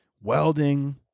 welding